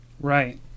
Right